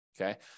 okay